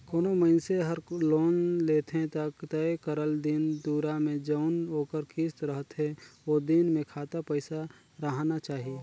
कोनो मइनसे हर लोन लेथे ता तय करल दिन दुरा में जउन ओकर किस्त रहथे ओ दिन में खाता पइसा राहना चाही